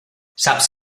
saps